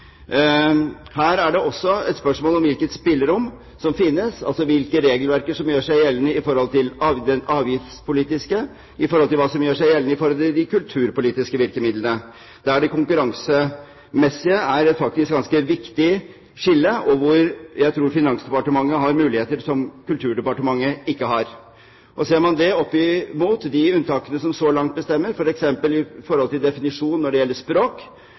Her er det også et spørsmål om hvilket spillerom som finnes, altså hvilke regelverk som gjør seg gjeldende for det avgiftspolitiske, og hvilke som gjør seg gjeldende for de kulturpolitiske virkemidlene. Der er det konkurransemessige faktisk et ganske viktig skille, og der tror jeg Finansdepartementet har muligheter som Kulturdepartementet ikke har. Ser man det opp mot de unntakene som så langt bestemmer, f.eks. knyttet til definisjon når det gjelder språk,